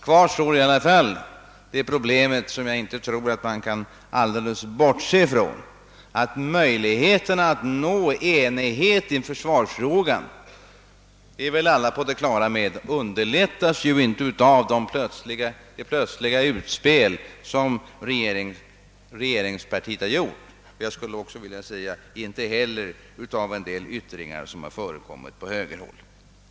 Kvar står i alla fall detta problem, som jag inte tror att man kan bortse från, att möjligheterna att nå enighet i försvarsfrågan — det är vi alla på det klara med — underlättas inte av det plötsliga utspel som regeringspartiet gjort. Samma sak gäller en del yttringar som förekommit på högerhåll.